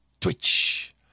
Twitch